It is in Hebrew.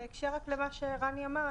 בהקשר רק למה שרני אמר,